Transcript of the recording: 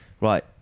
right